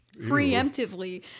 Preemptively